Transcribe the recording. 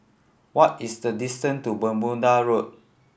what is the distance to Bermuda Road